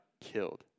killed